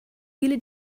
viele